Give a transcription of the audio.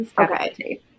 Okay